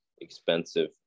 expensive